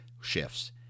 shifts